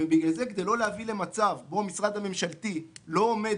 ובגלל זה כדי לא להביא למצב שמשרד ממשלתי לא עומד